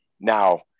Now